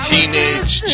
Teenage